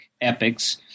epics